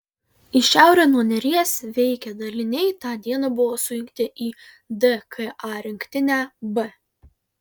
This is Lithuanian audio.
į šiaurę nuo neries veikę daliniai tą dieną buvo sujungti į dka rinktinę b